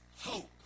hope